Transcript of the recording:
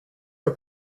are